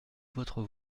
votre